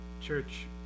church